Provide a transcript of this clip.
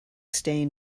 stain